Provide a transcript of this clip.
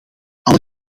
alle